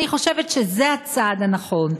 אני חושבת שזה הצעד הנכון,